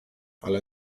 ale